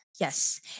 Yes